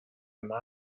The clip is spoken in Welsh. yna